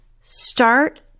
Start